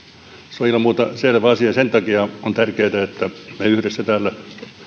ilman muuta selvä asia ja sen takia on tärkeätä että me yhdessä täällä